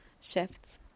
shifts